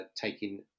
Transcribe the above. taking